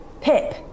Pip